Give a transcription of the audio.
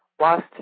lost